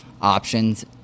options